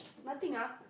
nothing ah